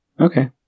Okay